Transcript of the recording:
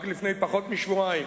רק לפני פחות משבועיים,